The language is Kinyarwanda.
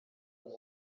muri